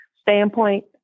standpoint